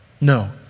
No